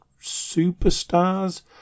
superstars